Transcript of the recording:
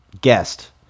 guest